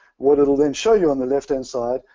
what it'll then show you on the left-hand side,